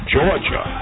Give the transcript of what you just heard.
Georgia